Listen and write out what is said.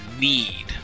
need